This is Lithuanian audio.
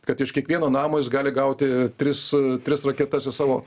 kad iš kiekvieno namo jis gali gauti tris tris raketas į savo